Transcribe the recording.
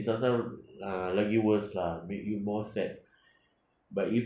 is sometimes uh lagi worse lah make you more sad but if